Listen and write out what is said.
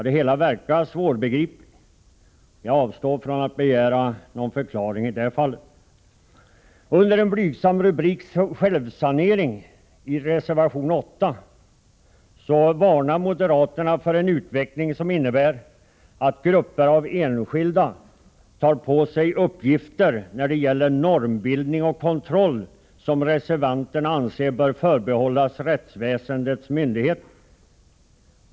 Det hela är svårbegripligt. Jag avstår från att begära någon förklaring. Under den blygsamma rubriken Självsanering varnar moderaterna i reservation 8 för en utveckling som innebär att grupper av enskilda tar på sig uppgifter när det gäller normbildning och kontroll som reservanterna anser bör förbehållas rättsväsendets myndigheter.